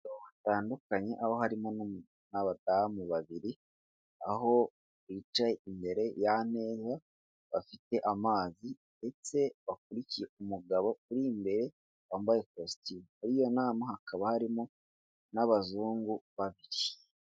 Abantu batandukanye aho harimo n'abadamu babiri aho bicaye imbere ya meza bafite amazi ndetse bakurikiye umugabo uri imbere wambaye ikositime, muri iyo nama hakaba harimo n'abazungu babiri.